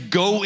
go